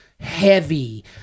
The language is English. heavy